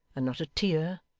and not a tear,